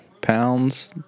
pounds